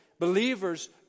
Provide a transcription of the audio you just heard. Believers